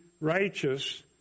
righteous